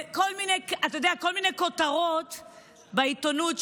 כל מיני כותרות בעיתונות.